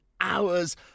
hours